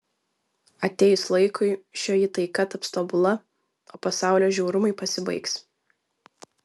atėjus laikui šioji taika taps tobula o pasaulio žiaurumai pasibaigs